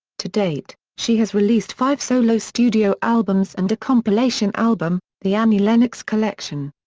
to date, she has released five solo studio albums and a compilation album, the annie lennox collection.